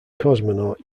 cosmonaut